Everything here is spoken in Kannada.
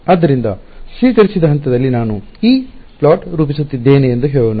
ಆದ್ದರಿಂದ ಸ್ವೀಕರಿಸಿದ ಹಂತದಲ್ಲಿ ನಾನು E ಪ್ಲಾಟ್ ರೂಪಿಸುತ್ತಿದ್ದೇನೆ ಎಂದು ಹೇಳೋಣ